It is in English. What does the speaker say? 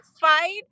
fight